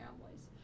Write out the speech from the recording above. families